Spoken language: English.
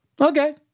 Okay